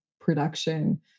production